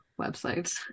websites